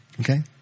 Okay